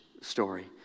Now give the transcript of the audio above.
story